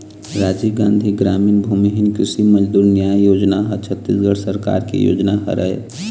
राजीव गांधी गरामीन भूमिहीन कृषि मजदूर न्याय योजना ह छत्तीसगढ़ सरकार के योजना हरय